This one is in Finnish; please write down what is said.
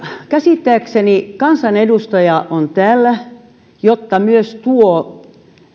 käsittääkseni kansanedustaja on täällä jotta hän myös tuo